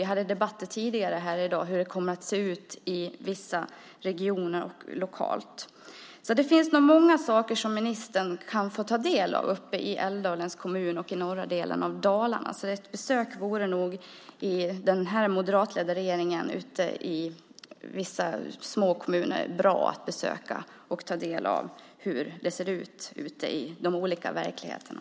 Vi hade debatter tidigare här i dag om hur det kommer att se ut i vissa regioner och lokalt. Det finns nog många saker som ministern kan få ta del av i Älvdalens kommun och i norra delen av Dalarna. För den här moderatledda regeringen vore det nog bra att besöka vissa små kommuner och ta del av hur det ser ut i de olika verkligheterna.